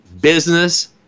business